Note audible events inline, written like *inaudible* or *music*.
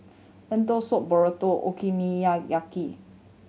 Lentil Soup Burrito *unintelligible*